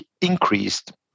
increased